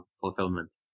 fulfillment